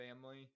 family